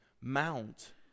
mount